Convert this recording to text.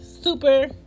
Super